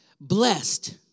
Blessed